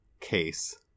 case